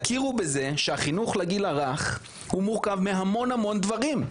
תכירו בזה שהחינוך לגיל הרך הוא מורכב מהמון המון דברים,